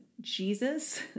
Jesus